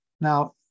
Now